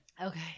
Okay